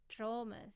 traumas